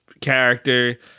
character